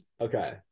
okay